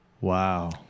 Wow